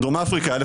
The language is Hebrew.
דרום אפריקה 1994,